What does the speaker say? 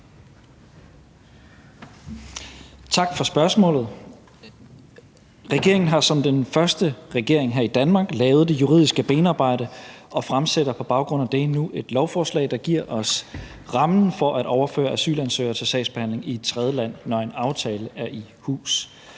Tak for spørgsmålet. Regeringen har som den første regering her i Danmark lavet det juridiske benarbejde og fremsætter på baggrund af det nu et lovforslag, der giver os rammen for at overføre asylansøgere til sagsbehandling i et tredjeland, når en aftale er i hus.